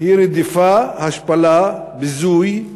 "רדיפה, השפלה, ביזוי,